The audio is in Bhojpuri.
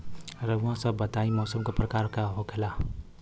रउआ सभ बताई मौसम क प्रकार के होखेला?